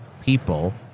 people